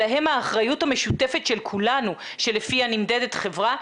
אלא הם האחריות המשותפת של כולנו שלפיה נמדדת חברה.